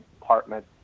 department